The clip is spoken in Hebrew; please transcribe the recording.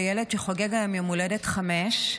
לילד שחוגג היום יום הולדת חמש,